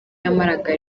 yamaraga